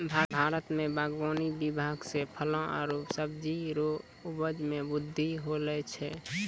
भारत मे बागवानी विभाग से फलो आरु सब्जी रो उपज मे बृद्धि होलो छै